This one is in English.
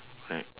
correct